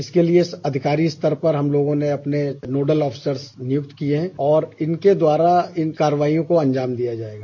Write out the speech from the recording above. इसके लिये अधिकारी स्तर पर दस लोगों ने अपने नूडल अफसर नियुक्त किये हैं और इनके द्वारा इन कार्यवाईयों को अन्जाम दिलाया जायेगा